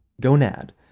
gonad